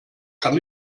kann